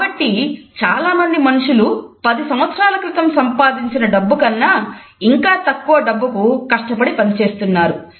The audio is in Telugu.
" కాబట్టి చాలామంది మనుషులు 10 సంవత్సరాల క్రితం సంపాదించిన డబ్బు కన్నా ఇంకా తక్కువ డబ్బుకు కష్టపడి పని చేస్తున్నారు